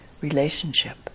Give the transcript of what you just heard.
relationship